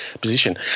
position